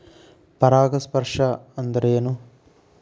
ಪರಾಗಸ್ಪರ್ಶ ಅಂದರೇನು?